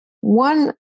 One